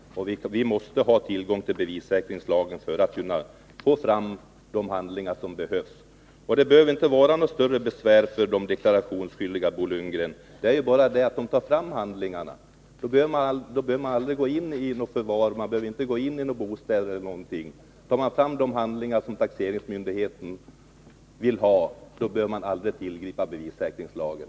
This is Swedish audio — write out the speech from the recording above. Vi måste ha tillgång till bevissäkringslagen för att kunna få fram de handlingar som behövs. Det behöver inte vara något större besvär för de deklarationsskyldiga, Bo Lundgren. De skall bara ta fram handlingarna. Då behöver man aldrig gå in i något förvaringsutrymme eller i några bostäder. Om de tar fram de handlingar som taxeringsmyndigheten vill ha, behöver man aldrig tillgripa bevissäkringslagen.